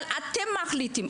אבל אתם מחליטים.